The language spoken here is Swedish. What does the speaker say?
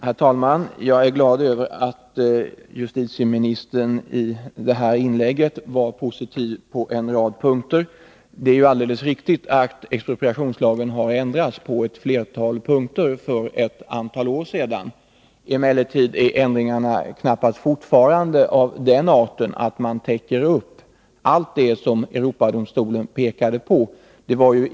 Herr talman! Jag är glad över att justitieministern i sitt inlägg var positiv på en rad punkter. Det är alldeles riktigt att expropriationslagen för ett antal år sedan har ändrats på ett flertal punkter. Fortfarande är emellertid ändringarna knappast av den arten att de täcker upp allt det som Europadomstolen pekade på.